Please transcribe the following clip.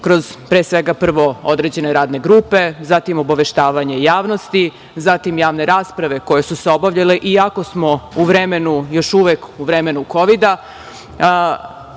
kroz pre svega prvo određene radne grupe, zatim obaveštavanje javnosti, zatim javne rasprave koje su se obavile i ako smo u vremenu još uvek u vremenu Kovida,